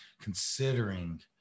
considering